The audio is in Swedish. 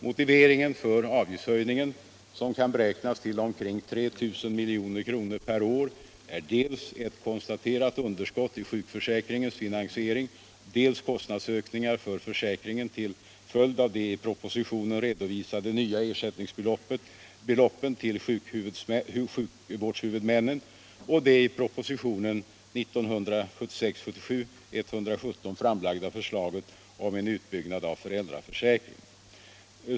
Motiveringen för avgiftshöjningen, som kan beräknas till omkring 3000 milj.kr. per år, är dels ett konstaterat underskott i sjukförsäkringens finansiering, dels kostnadsökningar för försäkringen till följd av de i propositionen redovisade nya ersättningsbeloppen till sjukvårdshuvudmännen och det i propositionen 1976/77:117 framlagda förslaget om en utbyggnad av föräldraförsäkringen.